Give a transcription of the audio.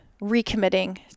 recommitting